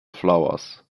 flowers